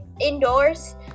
indoors